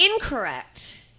incorrect